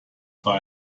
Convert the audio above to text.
war